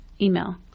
email